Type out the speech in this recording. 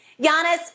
Giannis